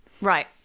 Right